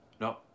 No